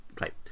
Right